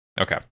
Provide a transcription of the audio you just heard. okay